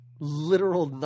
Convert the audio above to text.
literal